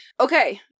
Okay